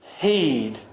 heed